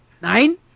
Nine